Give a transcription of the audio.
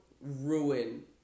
ruin